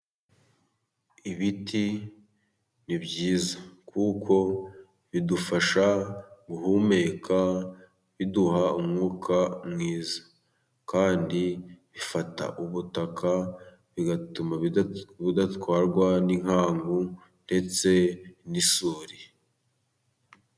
Ibiti ni byiza kuko bidufasha guhumeka, biduha umwuka mwiza. Kandi bifata ubutaka bigatuma budatwarwa n'inkangu ndetse n'isuri.